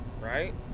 Right